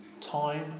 time